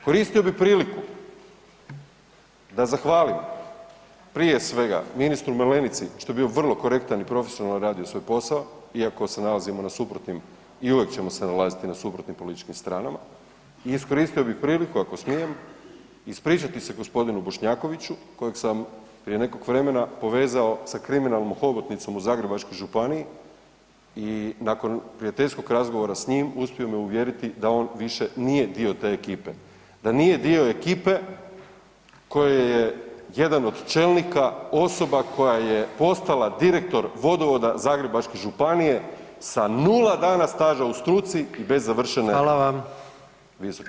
Koristio bih priliku da zahvalim prije svega ministru Malenici što je bio vrlo korektan i profesionalno radio svoj posao, iako se nalazimo na suprotnim i uvijek ćemo se nalaziti na suprotnim političkim stranama i iskoristio bih priliku ako smijem ispričati se g. Bošnjakoviću kojeg sam prije nekog vremena povezao sa kriminalnom hobotnicom u Zagrebačkoj županiji i nakon prijateljskog razgovora s njim uspio me uvjeriti da on više nije dio te ekipe, da nije dio ekipe kojoj je jedan od čelnika osoba koja je postala direktor Vodovoda Zagrebačke županije sa nula dana staža u struci i bez završene VSS-a.